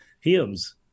hymns